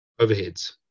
overheads